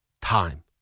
time